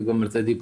כמו שכבר נאמר.